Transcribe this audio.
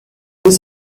this